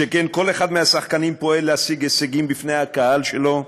שכן כל אחד מהשחקנים פועל להשיג הישגים בפני הקהל שלו,